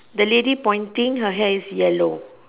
the lady pointing her hair is yellow